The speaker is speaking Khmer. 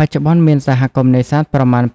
បច្ចុប្បន្ន មានសហគមន៍នេសាទប្រមាណ ៥១